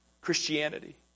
Christianity